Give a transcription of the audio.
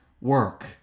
work